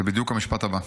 הינה, זה בדיוק המשפט הבא.